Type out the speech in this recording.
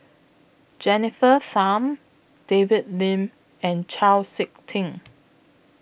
Jennifer Tham David Lim and Chau Sik Ting